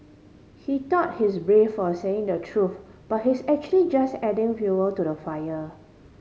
he thought he's brave for saying the truth but he's actually just adding fuel to the fire